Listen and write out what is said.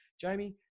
Jamie